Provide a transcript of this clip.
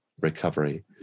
recovery